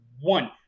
one